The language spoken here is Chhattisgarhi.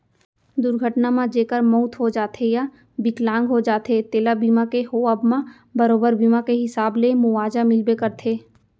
दुरघटना म जेकर मउत हो जाथे या बिकलांग हो जाथें तेला बीमा के होवब म बरोबर बीमा के हिसाब ले मुवाजा मिलबे करथे